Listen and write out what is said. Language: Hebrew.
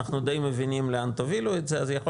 אנחנו די מבינים לאן תובילו את זה אז יכול